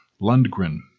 Lundgren